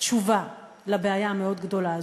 תשובה על הבעיה המאוד-גדולה הזאת.